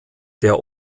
der